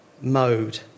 mode